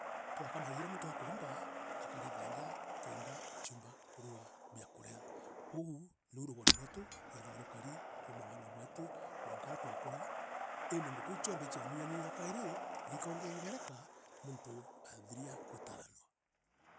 iria muntu akumba. akareta nja kenda chiumba kurua biakuria. kwou, niu rugono rwetu rwethirwa rukari kuuma wana bwetu mwaka aria twakura indi ngugi ii cionthe ichianyianyia kairi na ikongengereka muntu aathiria gutaanwa.